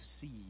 see